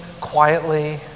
quietly